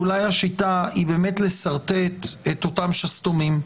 ואולי השיטה היא באמת לשרטט את אותם שסתומים,